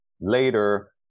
later